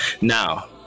Now